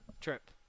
trip